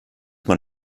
man